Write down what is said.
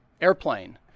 airplane